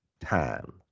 time